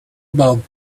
about